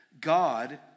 God